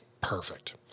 Perfect